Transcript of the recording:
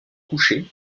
couché